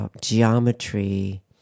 geometry